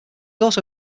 also